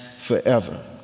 forever